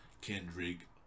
Kendrick